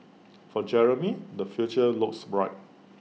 for Jeremy the future looks bright